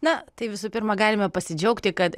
na tai visų pirma galime pasidžiaugti kad